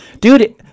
Dude